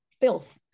filth